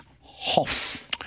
Hoff